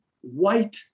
white